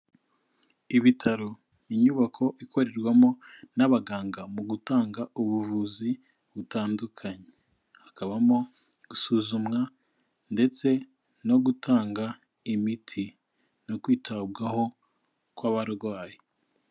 Ibitaro, inyubako ikorerwamo n'abaganga mu gutanga ubuvuzi butandukanye. Hakabamo gusuzumwa ndetse no gutanga imiti no kwitabwaho kw'abarwayi.